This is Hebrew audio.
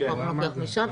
לפעמים משם,